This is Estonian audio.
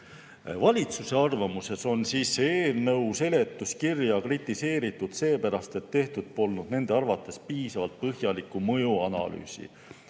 Valitsuse arvamuses on eelnõu seletuskirja kritiseeritud seepärast, et tehtud polnud nende arvates piisavalt põhjalikku mõjuanalüüsi.